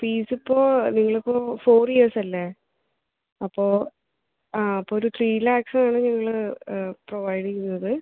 fees ഇപ്പോൾ നിങ്ങളിപ്പോൾ four ഇയർസല്ലേ അപ്പോൾ ആ അപ്പോൾ ഒരു ത്രീ ലാക്ക്സ് ഉള്ളിൽ പ്രൊവൈഡ് ചെയ്യുന്നത്